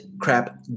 crap